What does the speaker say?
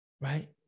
right